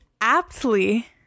aptly